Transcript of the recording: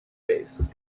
face